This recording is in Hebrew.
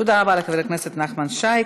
תודה רבה לחבר הכנסת נחמן שי.